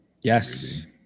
Yes